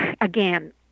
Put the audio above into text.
Again